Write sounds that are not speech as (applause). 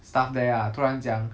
(noise) staff there ah 突然讲